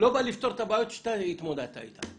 לפתור את הבעיות שאתה התמודד איתן.